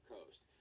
Coast